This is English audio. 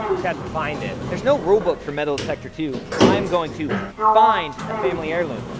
just have to find it. there's no rulebook for metal detector two, so i am going to find a family heirloom.